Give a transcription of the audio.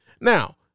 Now